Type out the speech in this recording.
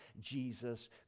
Jesus